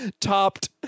topped